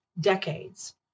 decades